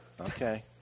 Okay